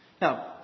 Now